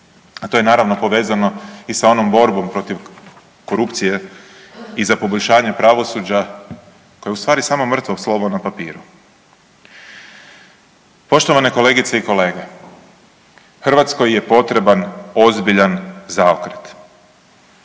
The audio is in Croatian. A to je naravno povezano i sa onom borbom protiv korupcije i za poboljšanje pravosuđa koje je u stvari samo mrtvo slovo na papiru. Poštovane kolegice i kolege, Hrvatskoj je potreban ozbiljan zaokret.